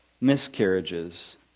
miscarriages